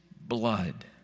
blood